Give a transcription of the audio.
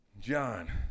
john